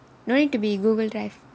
no need to be Google drive